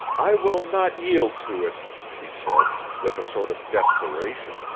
i will not yield to it, she said, with a sort of desperation,